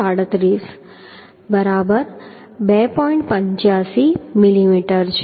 85 millimetre છે